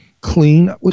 clean